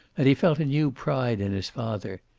and he felt a new pride in his father.